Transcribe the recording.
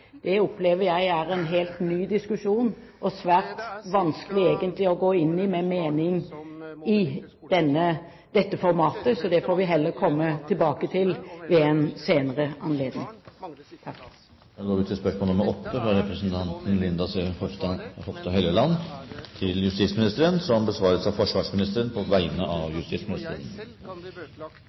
opplever jeg blir en helt ny diskusjon, og det er egentlig svært vanskelig å gå inn i dette med mening i dette formatet, så det får vi heller komme tilbake til ved en senere anledning. Da går vi til spørsmålene 8 og 9. Dette spørsmålet, fra representanten Linda C. Hofstad Helleland til justisministeren, vil bli besvart av forsvarsministeren på vegne av